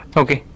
okay